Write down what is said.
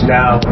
now